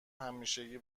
همیشگی